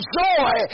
joy